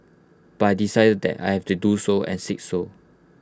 but decided that I have to do so and said so